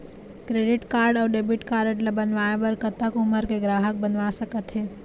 Credit card अऊ debit card ला बनवाए बर कतक उमर के ग्राहक बनवा सका थे?